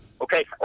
Okay